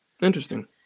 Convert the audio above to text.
Interesting